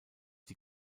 die